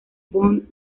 von